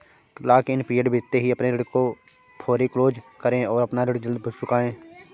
lock in period बीतते ही अपने ऋण को फोरेक्लोज करे और अपना ऋण जल्द चुकाए